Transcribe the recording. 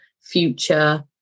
future